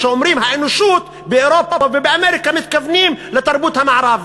כשאומרים "האנושות" באירופה ובאמריקה מתכוונים לתרבות המערב.